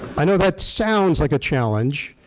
i know that sounds like a challenge,